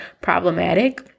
problematic